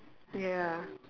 ya